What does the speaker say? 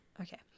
Okay